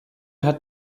hat